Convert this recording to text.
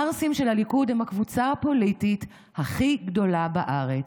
הערסים של הליכוד הם הקבוצה הפוליטית הכי גדולה בארץ,